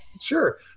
Sure